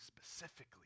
specifically